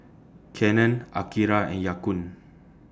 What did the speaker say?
Canon Akira and Ya Kun